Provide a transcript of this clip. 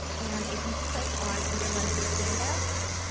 and if you click on either one of these handouts,